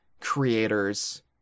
creators